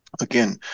again